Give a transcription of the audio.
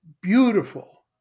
beautiful